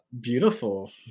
Beautiful